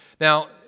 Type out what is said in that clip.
Now